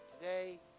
Today